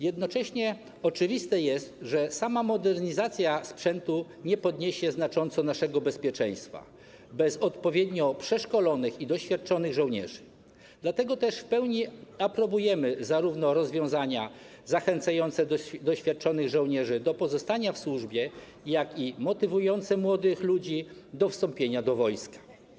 Jednocześnie oczywiste jest, że sama modernizacja sprzętu nie podniesie znacząco naszego bezpieczeństwa bez odpowiednio przeszkolonych i doświadczonych żołnierzy, dlatego też w pełni aprobujemy rozwiązania zarówno zachęcające doświadczonych żołnierzy do pozostania w służbie, jak i motywujące młodych ludzi do wstąpienia do wojska.